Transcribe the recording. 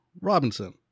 Robinson